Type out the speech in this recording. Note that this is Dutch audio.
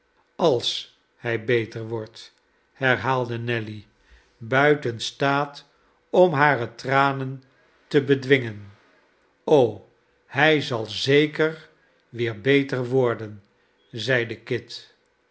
als hij beter wordt herhaalde nelly buiten staat om hare tranen te bedwingen hij zal zeker weer beter worden zeide kit